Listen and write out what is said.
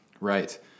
Right